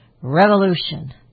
Revolution